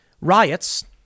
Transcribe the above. riots